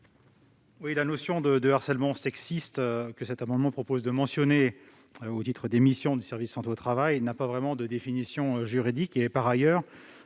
? La notion de harcèlement sexiste, que cet amendement tend à mentionner au titre des missions des services de santé au travail, n'a pas vraiment de définition juridique.